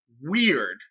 Weird